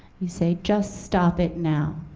you say, just stop it now,